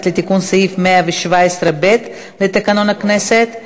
לתיקון סעיף 117(ב) לתקנון הכנסת.